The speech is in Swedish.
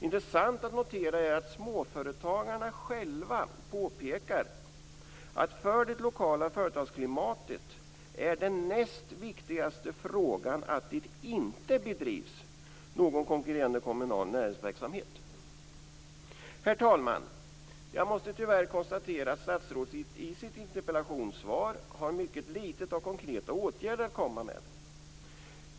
Intressant att notera är att småföretagarna själva påpekar att för det lokala företagsklimatet är den näst viktigaste frågan att det inte bedrivs någon konkurrerande kommunal näringsverksamhet. Herr talman! Jag måste tyvärr konstatera att statsrådet i sitt interpellationssvar har mycket lite av konkreta åtgärder att komma med.